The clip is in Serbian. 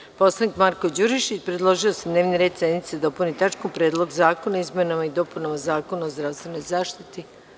Narodni poslanik Marko Đurišić predložio je da se dnevni red sednice dopuni tačkom Predlog zakona o izmenama i dopunama Zakona o zdravstvenoj zaštiti.